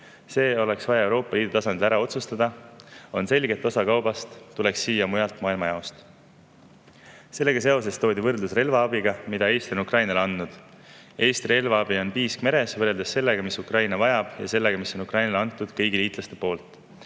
See oleks vaja Euroopa Liidu tasandil ära otsustada. On selge, et osa kaubast tuleks siia [mõnest teisest] maailmajaost. Sellega seoses toodi võrdlus relvaabiga, mida Eesti on Ukrainale andnud. Eesti relvaabi on piisk meres, võrreldes sellega, mida Ukraina vajab, ja sellega, mida on Ukrainale andnud kõik liitlased.